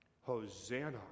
Hosanna